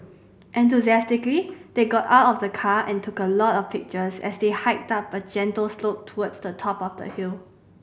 enthusiastically they got out of the car and took a lot of pictures as they hiked up a gentle slope towards the top of the hill